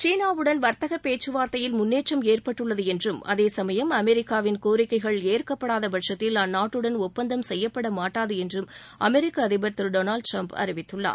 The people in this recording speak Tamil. சீனாவுடன் வர்த்தக பேச்சுவார்த்தையில் முன்னேற்றம் ஏற்பட்டுள்ளது என்றும் அதே சமயம் அமெரிக்காவின் கோரிக்கைகள் ஏற்கப்படாத பட்சத்தில் அந்நாட்டுடன் ஒப்பந்தம் செய்யப்படமாட்டாது என்று அமெரிக்க அதிபர் திரு டொனால்டு டிரம்ப் அறிவித்துள்ளார்